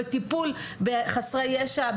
בטיפול בחסרי ישע,